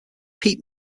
peat